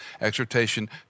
Exhortation